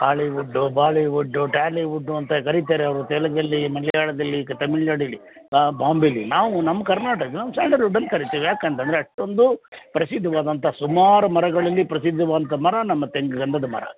Hollywood Bollywood Tollywood ಅಂತ ಕರೀತಾರೆ ಅವ್ರು ತೆಲುಗಲ್ಲಿ ಮಲೆಯಾಳದಲ್ಲಿ ತಮಿಳ್ನಾಡಲ್ಲಿ ನಾ ಬಾಂಬೆಲ್ಲಿ ನಾವು ನಮ್ಮ ಕರ್ನಾಟಕದ ನಾವು ಸ್ಯಾಂಡಲ್ವುಡ್ ಅಂತ ಕರೀತೇವೆ ಏಕಂತಂದ್ರೆ ಅಷ್ಟೊಂದು ಪ್ರಸಿದ್ಧವಾದಂಥ ಸುಮಾರು ಮರಗಳಲ್ಲಿ ಪ್ರಸಿದ್ಧವಾದಂಥ ಮರ ನಮ್ಮ ತೆಂಗು ಗಂಧದ ಮರ